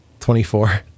24